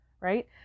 Right